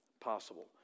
possible